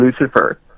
Lucifer